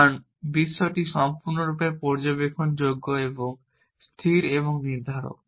কারণ বিশ্বটি সম্পূর্ণরূপে পর্যবেক্ষণযোগ্য এবং স্থির এবং নির্ধারক